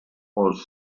was